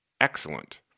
excellent